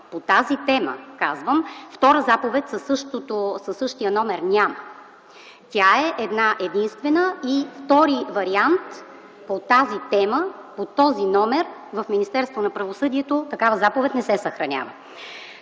по тази тема казвам, втора заповед със същия номер няма. Тя е една-единствена и втори вариант по тази тема, под този номер такава заповед не се съхранява